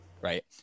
right